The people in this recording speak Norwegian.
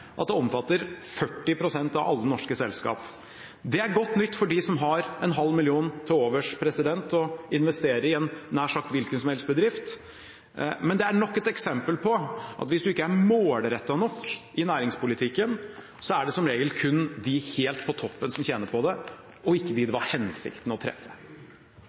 at det omfatter 40 pst. av alle norske selskap. Det er godt nytt for dem som har en halv million til overs til å investere i en nær sagt hvilken som helst bedrift, men det er nok et eksempel på at hvis man ikke er målrettet nok i næringspolitikken, er det som regel kun de helt på toppen som tjener på det, og ikke dem det var hensikten å treffe.